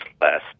last